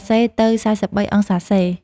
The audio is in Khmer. °C ទៅ ៤៣°C។